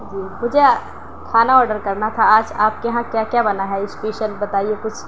جی مجھے کھانا آڈر کرنا تھا آج آپ کے یہاں کیا کیا بنا ہے اسپیشل بتائیے کچھ